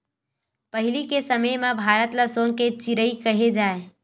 पहिली के समे म भारत ल सोन के चिरई केहे जाए